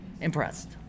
impressed